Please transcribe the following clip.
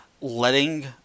letting